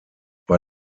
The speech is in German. bei